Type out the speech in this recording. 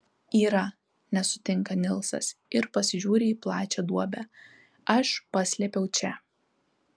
yra nesutinka nilsas ir pasižiūri į plačią duobę aš paslėpiau čia